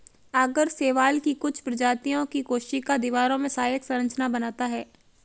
आगर शैवाल की कुछ प्रजातियों की कोशिका दीवारों में सहायक संरचना बनाता है